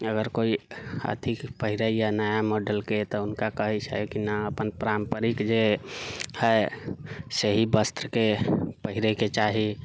अगर कोइ अथि पहिरैया नहि नया मोडलके तऽ हुनका कहै छै जे न अपना पारम्परिक जे है से हि वस्त्रके पहिरेके चाही